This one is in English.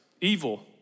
evil